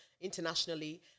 internationally